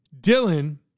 Dylan